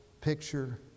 picture